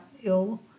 ill